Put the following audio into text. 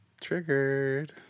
Triggered